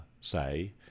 say